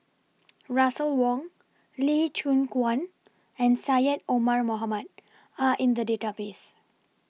Russel Wong Lee Choon Guan and Syed Omar Mohamed Are in The Database